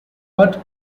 but